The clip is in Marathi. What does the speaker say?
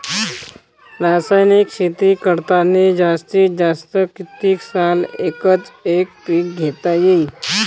रासायनिक शेती करतांनी जास्तीत जास्त कितीक साल एकच एक पीक घेता येईन?